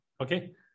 okay